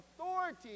authority